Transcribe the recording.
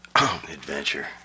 Adventure